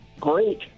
Great